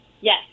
Yes